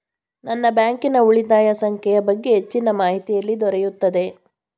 ನನ್ನ ಬ್ಯಾಂಕಿನ ಉಳಿತಾಯ ಸಂಖ್ಯೆಯ ಬಗ್ಗೆ ಹೆಚ್ಚಿನ ಮಾಹಿತಿ ಎಲ್ಲಿ ದೊರೆಯುತ್ತದೆ?